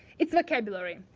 it's vocabulary,